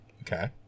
Okay